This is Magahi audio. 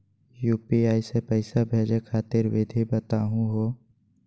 यू.पी.आई स पैसा भेजै खातिर विधि बताहु हो?